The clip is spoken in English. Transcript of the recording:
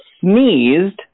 sneezed